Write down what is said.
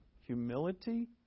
humility